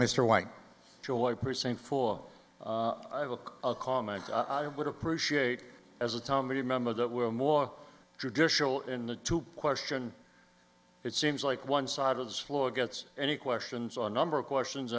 mr white joy percent for a comment i would appreciate as a tommy member that we're more traditional in the two question it seems like one side of the floor gets any questions on a number of questions